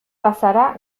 bazara